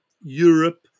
Europe